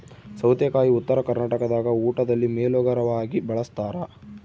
ಸೌತೆಕಾಯಿ ಉತ್ತರ ಕರ್ನಾಟಕದಾಗ ಊಟದಲ್ಲಿ ಮೇಲೋಗರವಾಗಿ ಬಳಸ್ತಾರ